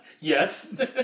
yes